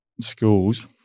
schools